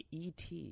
ET